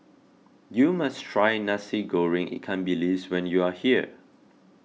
you must try Nasi Goreng Ikan Bilis when you are here